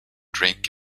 drink